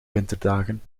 winterdagen